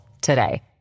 today